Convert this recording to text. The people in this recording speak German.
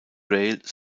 rail